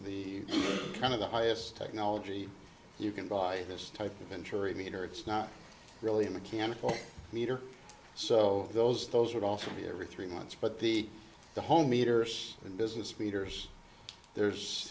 the kind of the highest technology you can buy this type of injury meter it's not really a mechanical meter so those those would also be every three months but the whole meters in business meters there's